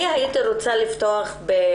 הייתי רוצה לפתוח את הדיון.